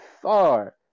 far